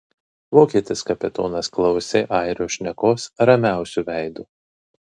vokietis kapitonas klausė airio šnekos ramiausiu veidu